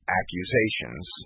accusations